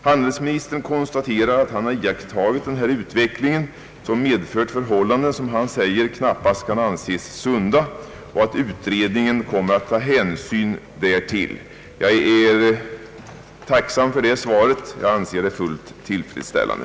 Handelsministern konstaterar att han har iakttagit denna utveckling, som medfört förhållanden som enligt vad statsrådet säger knappast kan anses sunda och att utredningen kommer att ta hänsyn därtill. Jag är tacksam för det svar som lämnats och anser det fullt tillfredsställande.